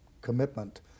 commitment